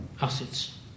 assets